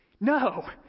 No